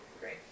Great